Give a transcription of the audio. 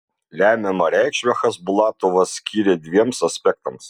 lemiamą reikšmę chasbulatovas skyrė dviems aspektams